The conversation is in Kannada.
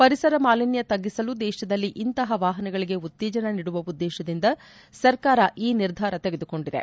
ಪರಿಸರ ಮಾಲಿನ್ನ ತಗ್ಗಿಸಲು ದೇಶದಲ್ಲಿ ಇಂತಹ ವಾಹನಗಳಿಗೆ ಉತ್ತೇಜನ ನೀಡುವ ಉದ್ದೇಶದಿಂದ ಸರ್ಕಾರ ಈ ನಿರ್ಧಾರವನ್ನು ತೆಗೆದುಕೊಂಡಿದೆ